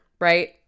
right